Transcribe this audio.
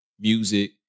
music